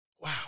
Wow